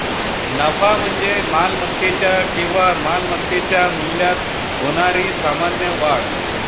नफा म्हणजे मालमत्तेच्या किंवा मालमत्तेच्या मूल्यात होणारी सामान्य वाढ